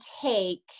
take